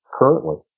currently